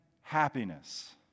happiness